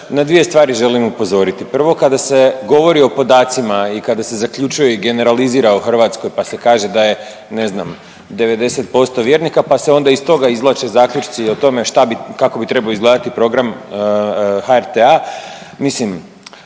Na dvije stvari želim upozoriti. Prvo, kada se govori o podacima i kada se zaključuje i generalizira o Hrvatskoj pa se kaže da je ne znam 90% vjernika pa se onda iz toga izvlače zaključci o tome što bi, kako bi trebao izgledati Program HRT-a.